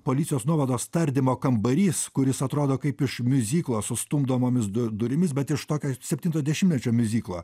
policijos nuovados tardymo kambarys kuris atrodo kaip iš miuziklo su stumdomomis durimis bet iš tokio septinto dešimtmečio miuziklo